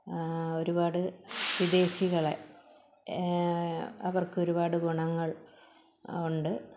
ഒരുപാട് വിദേശികളെ അവർക്ക് ഒരുപാട് ഗുണങ്ങൾ ഉണ്ട്